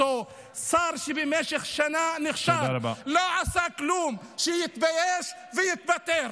שר שבמשך שנה נכשל, לא עשה כלום, שיתבייש ויתפטר.